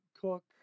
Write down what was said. cook